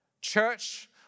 Church